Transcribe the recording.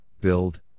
build